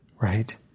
right